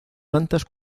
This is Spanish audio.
plantas